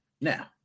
Now